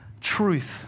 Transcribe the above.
truth